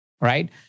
right